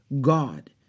God